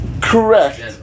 Correct